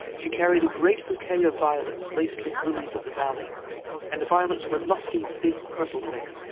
she carried a great bouquet of violets laced with lilies of-the-valley and the violets were lusty, big purple things,